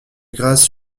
grâce